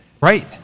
Right